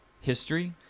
history